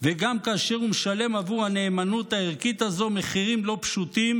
וגם כאשר הוא משלם עבור הנאמנות הערכית הזו מחירים לא פשוטים,